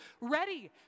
ready